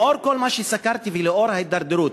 לאור כל מה שסקרתי ולאור ההידרדרות,